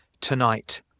tonight